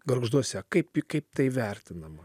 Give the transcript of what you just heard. gargžduose kaip kaip tai vertinama